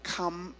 come